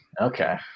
Okay